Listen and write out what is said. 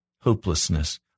hopelessness